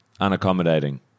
unaccommodating